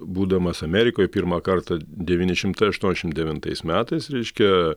būdamas amerikoj pirmą kartą devyni šimtai aštuoniasdešimt devintais metais reiškia